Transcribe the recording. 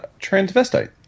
transvestite